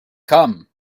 come